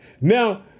Now